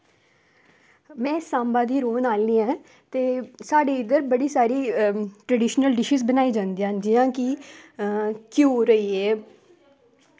में सांबा दी रौह्ने आह्ली आं ते साढ़े इद्धर बड़ी सारी ट्रडीशनल डिशां बनाई जंदियां जियां कि घ्यूर होइये